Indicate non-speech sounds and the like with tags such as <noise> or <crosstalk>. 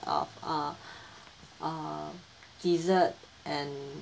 of a <breath> uh dessert and